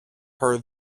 her